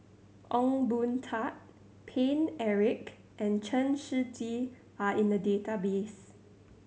Ong Boon Tat Paine Eric and Chen Shiji are in the database